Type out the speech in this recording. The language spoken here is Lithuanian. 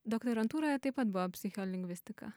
doktorantūroje taip pat buvo psicholingvistika